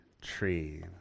tree